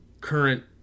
current